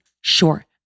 sure